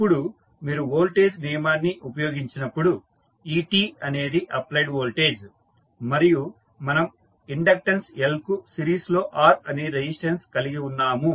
ఇప్పుడు మీరు వోల్టేజ్ నియమాన్ని ఉపయోగించినప్పుడు et అనేది అప్లైడ్ వోల్టేజ్ మరియు మనం ఇండక్టెన్స్ L కు సిరీస్ లో R అనే రెసిస్టెన్స్ కలిగి ఉన్నాము